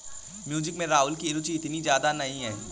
music में राहुल की रुचि इतनी ज्यादा नहीं है